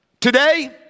Today